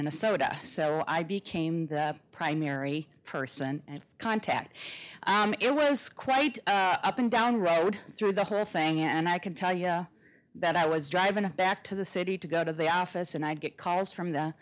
minnesota so i became the primary person contact it was quite up and down the road through the whole thing and i could tell you that i was driving back to the city to go to the office and i get calls from the